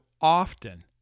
often